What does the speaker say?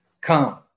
come